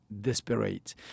desperate